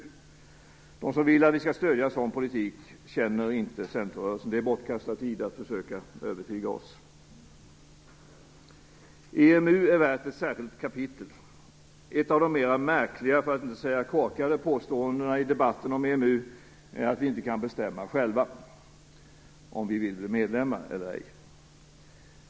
De som vill att vi skall stödja en sådan politik känner inte Centerrörelsen. Det är bortkastad tid att försöka övertyga oss. EMU är värt ett särskilt kapitel. Ett av de mer märkliga för att inte säga korkade påståendena i debatten om EMU är att vi inte kan bestämma själva om vi vill bli medlemmar eller ej.